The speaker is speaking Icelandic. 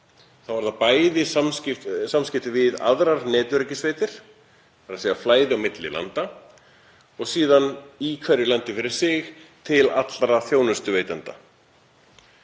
Þá eru það bæði samskipti við aðrar netöryggissveitir, þ.e. flæði á milli landa, og í hverju landi fyrir sig til allra þjónustuveitenda.